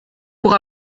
pour